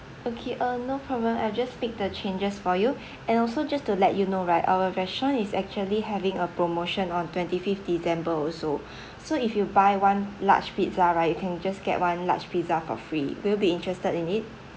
okay uh no problem I just make the changes for you and also just to let you know right our restaurant is actually having a promotion on twenty fifth december also so if you buy one large pizza right you can just get one large pizza for free will you be interested in it